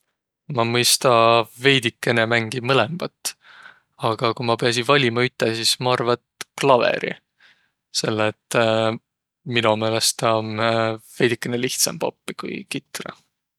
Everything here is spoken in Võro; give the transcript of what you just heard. Ma mõista veidikene mängiq mõlõmbat. Aga ku ma piäsiq valima üte, sis ma arva, et klavõri. Selle et mino meelest taa om veidikene lihtsämb oppiq, ku kitra.